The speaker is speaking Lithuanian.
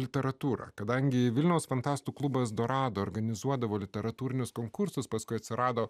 literatūrą kadangi vilniaus fantastų klubas dorado organizuodavo literatūrinius konkursus paskui atsirado